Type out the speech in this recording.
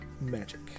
Magic